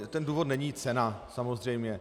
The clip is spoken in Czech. Ten důvod není cena, samozřejmě.